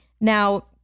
Now